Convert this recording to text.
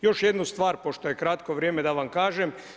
Još jednu stvar, pošto je kratko vrijeme da vam kažem.